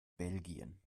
belgien